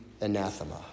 anathema